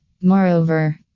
Moreover